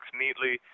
neatly